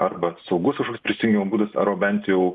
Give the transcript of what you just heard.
arba saugus kažkoks prisijungimo būdas arba bent jau